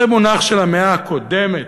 זה מונח של המאה הקודמת.